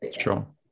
Sure